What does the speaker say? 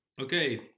Okay